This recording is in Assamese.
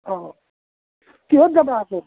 অ কিহত যাবা